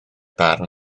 barn